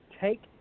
take –